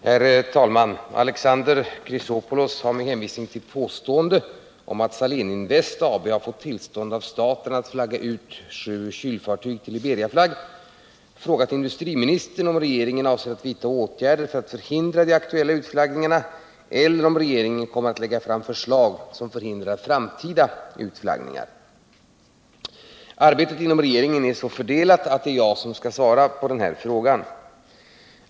Herr talman! Alexander Chrisopoulos har med hänvisning till påstående om att Saléninvest AB har fått tillstånd av staten att flagga ut sju kylfartyg till Liberiaflagg frågat industriministern om regeringen avser att vidta åtgärder för att förhindra de aktuella utflaggningarna eller om regeringen kommer att lägga fram förslag som förhindrar framtida utflaggningar. Arbetet inom regeringen är så fördelat att det är jag som skall svara på frågan.